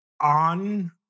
on